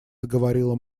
заговорила